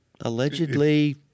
allegedly